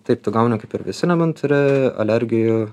taip tu gauni kaip ir visi nebent turi alergijų